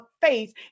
faith